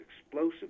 explosive